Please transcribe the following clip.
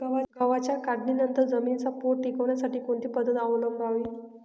गव्हाच्या काढणीनंतर जमिनीचा पोत टिकवण्यासाठी कोणती पद्धत अवलंबवावी?